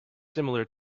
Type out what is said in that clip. similar